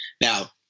Now